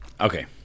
Okay